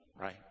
right